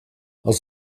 els